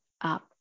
up